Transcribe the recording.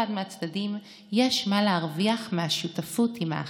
מהצדדים יש מה להרוויח מהשותפות עם האחר.